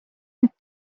end